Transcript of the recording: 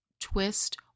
twist